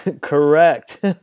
correct